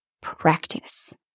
practice